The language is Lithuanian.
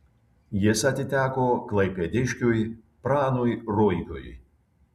jis atiteko klaipėdiškiui pranui ruikiui